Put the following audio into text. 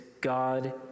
God